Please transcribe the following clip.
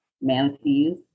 manatees